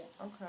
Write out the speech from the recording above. Okay